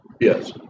Yes